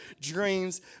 dreams